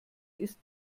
ist